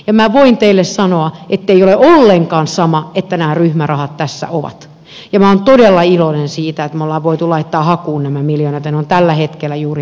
minä voin teille sanoa ettei ole ollenkaan sama että nämä ryhmärahat tässä ovat ja minä olen todella iloinen siitä että me olemme voineet laittaa hakuun nämä miljoonat ja ne ovat tällä hetkellä juuri tekeillä